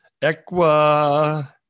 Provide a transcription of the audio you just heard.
Equa